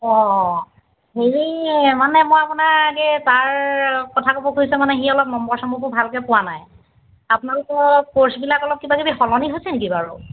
অঁ হেৰি মানে মই আপোনাক সেই তাৰ কথা ক'ব খুজিছোঁ মানে সি অলপ নম্বৰ চম্বৰবোৰ ভালকৈ পোৱা নাই আপোনালোকৰ ক'ৰ্চবিলাক অলপ কিবা কিবি সলনি হৈছে নেকি বাৰু